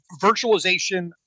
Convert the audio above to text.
virtualization